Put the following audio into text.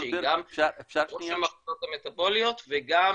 שהיא גם ראש המחלקות המטבוליות וגם